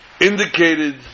indicated